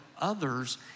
others